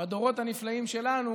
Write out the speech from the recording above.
בדורות הנפלאים שלנו,